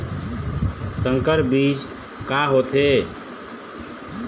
संकर बीज का होथे?